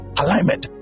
alignment